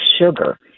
sugar